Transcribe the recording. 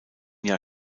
jahr